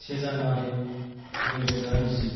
से जानुवारि नैरोजा नैजि